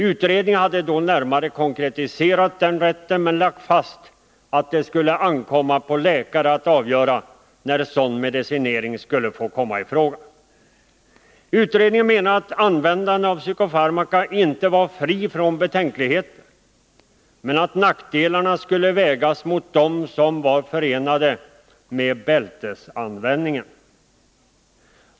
Utredningen hade närmast konkretiserat den rätten, men man lade också fast att det skulle ankomma på läkare att avgöra när sådan medicinering skulle få komma i fråga. Utredningen menade att användandet av psykofarmaka inte var fritt från betänkligheter men att nackdelarna skulle vägas mot dem som är förenade med bältesanvändningen.